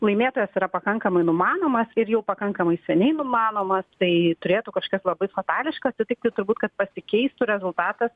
laimėtojas yra pakankamai numanomas ir jau pakankamai seniai numanomas tai turėtų kažkas labai fatališko atsitikti turbūt kad pasikeistų rezultatas